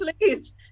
Please